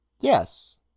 Yes